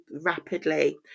rapidly